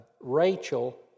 Rachel